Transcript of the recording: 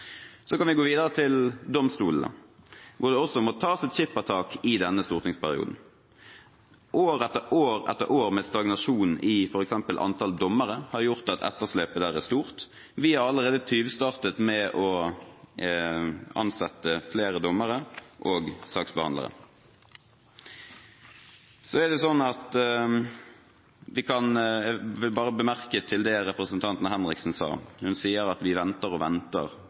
Så kan vi gå videre til domstolene, hvor det også må tas et skippertak i denne stortingsperioden. År etter år etter år med stagnasjon i f.eks. antall dommere har gjort at etterslepet der er stort. Vi har allerede tyvstartet med å ansette flere dommere og saksbehandlere. Når det gjelder det representanten Kari Henriksen sa om at de venter og venter på meldingen som kommer neste uke, er det verdt å minne om at